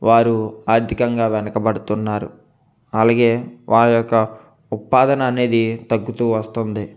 వారు ఆర్థికంగా వెనుకబడుతున్నారు అలాగే వారి యొక్క ఉత్పాదన అనేది తగ్గుతూ వస్తుంది